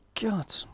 God